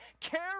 care